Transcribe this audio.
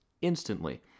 instantly